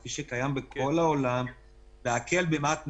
כפי שקיים בכל העולם להקל במעט,